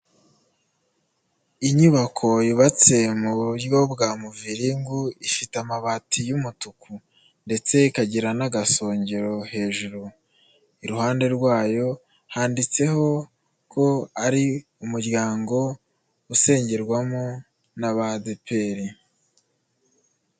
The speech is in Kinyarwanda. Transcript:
Inyubako yubatse mu buryo bwa muvirinngu, ifite amabati y'umutuku ndetse ikagira n'agasongero hejuru, iruhande rwayo handitseho ko ari umuryango usengerwamo n'aba ADEPR.